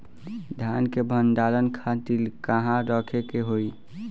धान के भंडारन खातिर कहाँरखे के होई?